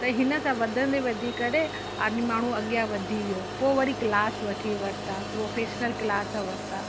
त हिन सां वधंदे वधी करे माण्हू अॻियां वधी वियो पोइ वरी क्लास वरिता प्रोफ़ेशनल क्लास वरिता